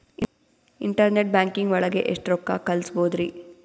Internet banking ಒಳಗೆ ಎಷ್ಟ್ ರೊಕ್ಕ ಕಲ್ಸ್ಬೋದ್ ರಿ?